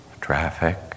traffic